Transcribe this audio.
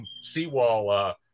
seawall